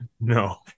No